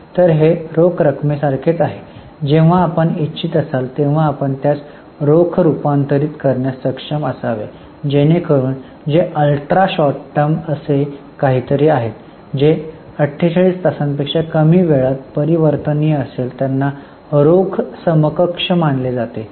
तर हे रोख रकमेसारखेच आहे जेव्हा आपण इच्छित असाल तेव्हा आपण त्यास रोख रुपांतरित करण्यास सक्षम असावे जेणेकरून जे अल्ट्रा शॉर्ट टर्म असे काहीतरी आहेत जे 48 तासांपेक्षा कमी वेळात परिवर्तनीय असेल त्यांना रोख समकक्ष मानले जाते